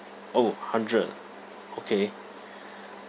orh hundred ah okay